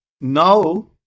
Now